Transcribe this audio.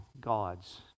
God's